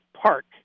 Park